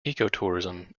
ecotourism